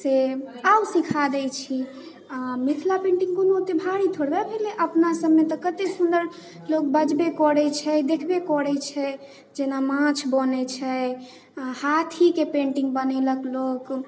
से आउ सिखा दै छी आओर मिथिला पेन्टिङ्ग कोनो ओतेक भारी थोड़बे भेलै अपना सबमे तऽ कतेक सुन्दर लोक बजबे करै छै देखबे करै छै जेना माछ बनै छै आओर हाथीके पेन्टिङ्ग बनेलक लोक